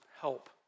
help